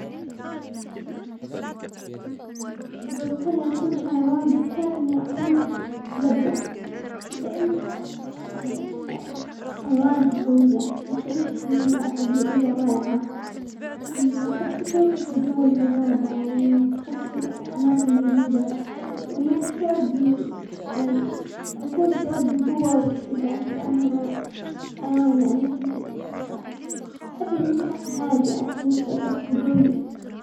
لو بامكاني اكون حيوان بختار اني اكون لبوة، لانها يعني حيوانة قوية وتعيش في بيئة طبيعية رائعة، وانه احب فكرة التجول في الغابة ونستكشف اماكن جديدة، وانها تشعر بال- يعني بيكون شعور بالقوة والثقة لانها حيوان يعني كبير وكذا واحب انها هادئة في نفس الوقت وقوية.